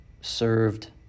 served